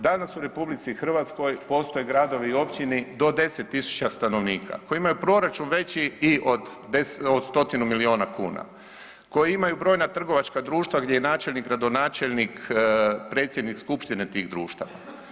Danas u RH postoje gradovi i općine do 10.000 stanovnika koji imaju proračun veći i od stotinu milijuna kuna, koji imaju brojna trgovačka društva gdje je načelnik i gradonačelnik predsjednik skupštine tih društava.